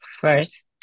first